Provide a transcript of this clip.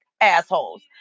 assholes